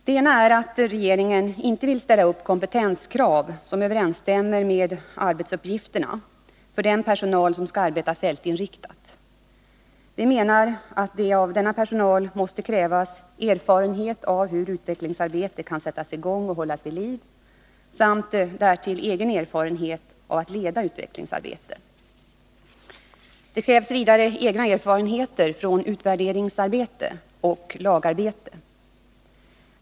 Den ena är att regeringen inte vill ställa upp kompetenskrav som överensstämmer med arbetsuppgifterna för den personal som skall arbeta fältinriktat. Vi menar att det av denna personal måste krävas erfarenhet av hur utvecklingsarbete kan sättas i gång och hållas vid liv samt därtill egen erfarenhet av att leda utvecklingsarbete. Det krävs vidare egna erfarenheter från utvärderingsarbete och lagarbete.